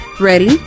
Ready